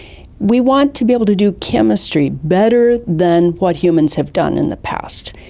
we want to be able to do chemistry better than what humans have done in the past.